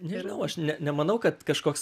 nežinau aš ne nemanau kad kažkoks